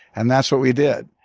and that's what we did.